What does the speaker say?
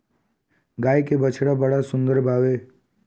गाय के बछड़ा बड़ा सुंदर बावे